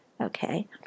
Okay